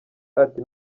ati